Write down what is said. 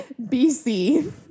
BC